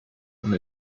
und